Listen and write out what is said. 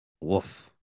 Woof